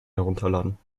herunterladen